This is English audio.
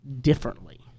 differently